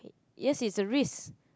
yes it's a risk